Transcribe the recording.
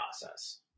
process